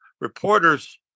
Reporters